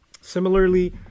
similarly